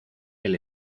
del